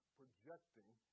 projecting